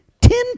Ten